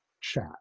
chat